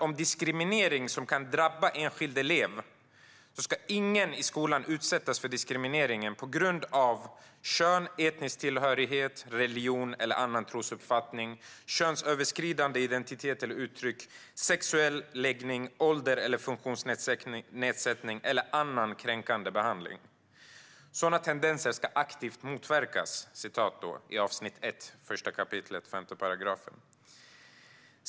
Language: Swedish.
Om diskriminering som kan drabba enskild elev står det: "Ingen ska i skolan utsättas för diskriminering på grund av kön, etnisk tillhörighet, religion eller annan trosuppfattning, könsöverskridande identitet eller uttryck, sexuell läggning, ålder eller funktionsnedsättning eller för annan kränkande behandling. Alla tendenser till diskriminering eller kränkande behandling ska aktivt motverkas."